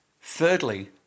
Thirdly